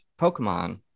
Pokemon